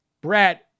Brett